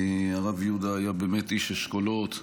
הרב יהודה היה באמת איש אשכולות,